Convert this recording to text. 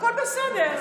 הכול בסדר,